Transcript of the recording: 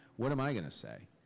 what am i gonna say?